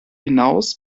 hinaus